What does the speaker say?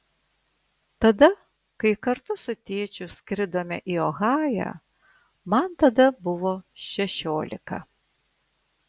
tada kai kartu su tėčiu skridome į ohają man tada buvo šešiolika